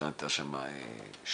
הייתה שם שושי.